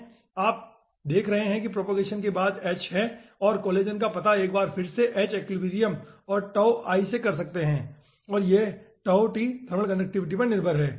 यहाँ आप देख रहे हैं कि प्रोपोगेशन के बाद h है और कोलेजन का पता एक बार फिर से h एक्विलिब्रियम और से कर सकते है और यह थर्मल कंडक्टिविटी पर निर्भर है